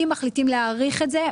אם מחליטים להאריך את זה,